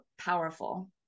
powerful